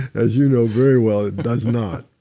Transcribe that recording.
as you know very well, it does not